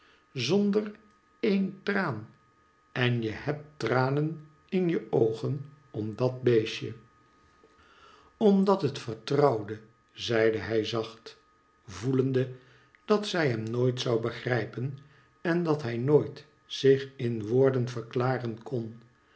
zonder een traan en je hebt tranen in je oogen om dat beestje omdat het vertrouwde zeide hij zacht voelende dat zij hem nooit zou begrijpen en dat hij nooit zich in woorden verklaren kon